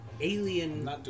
alien